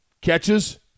catches